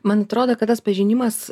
man atrodo kad tas pažinimas